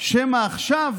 שמא עכשיו